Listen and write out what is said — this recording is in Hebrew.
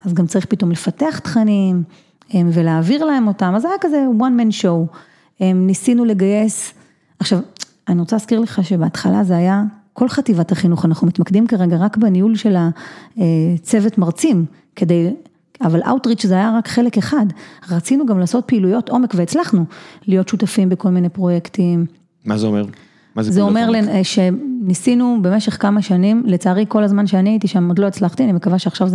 אז גם צריך פתאום לפתח תכנים, ולהעביר להם אותם, אז זה היה כזה one man show. ניסינו לגייס, עכשיו אני רוצה להזכיר לך שבהתחלה זה היה כל חטיבת החינוך, אנחנו מתמקדים כרגע רק בניהול של הצוות מרצים, כדי, אבל Outreach זה היה רק חלק אחד, רצינו גם לעשות פעילויות עומק והצלחנו, להיות שותפים בכל מיני פרויקטים. מה זה אומר? זה אומר שניסינו במשך כמה שנים, לצערי כל הזמן שאני הייתי שם עוד לא הצלחתי, אני מקווה שעכשיו זה...